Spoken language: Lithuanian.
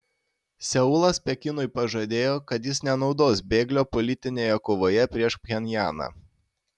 seulas pekinui pažadėjo kad jis nenaudos bėglio politinėje kovoje prieš pchenjaną